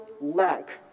lack